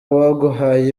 baguhaye